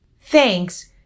thanks